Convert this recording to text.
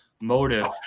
motive